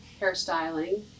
hairstyling